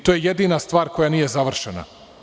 To je jedina stvar koja nije završena.